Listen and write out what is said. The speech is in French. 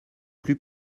plus